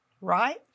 right